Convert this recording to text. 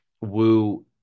Wu